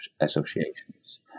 associations